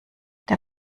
der